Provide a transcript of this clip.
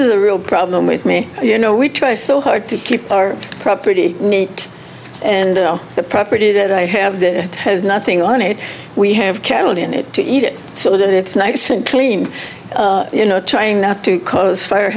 is a real problem with me you know we try so hard to keep our property neat and the property that i have that has nothing on it we have cattle in it to eat it so that it's nice and clean you know trying not to cause fire